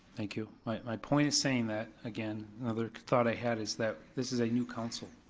thank you. my point is saying that, again, another thought i had is that this is a new council.